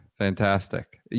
Fantastic